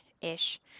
ish